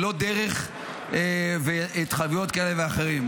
ולא דרך התחייבויות כאלה ואחרות.